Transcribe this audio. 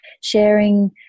sharing